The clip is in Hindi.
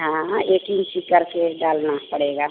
हाँ एक इंची करके डालना पड़ेगा